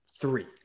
Three